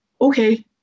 okay